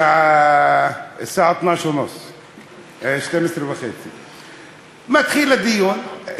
בשעה 12:30. מתחיל הדיון,